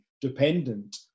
dependent